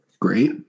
Great